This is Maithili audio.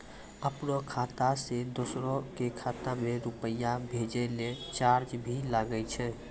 आपनों खाता सें दोसरो के खाता मे रुपैया भेजै लेल चार्ज भी लागै छै?